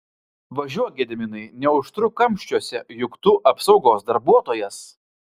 važiuok gediminai neužtruk kamščiuose juk tu apsaugos darbuotojas